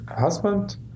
husband